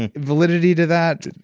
and validity to that?